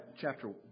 chapter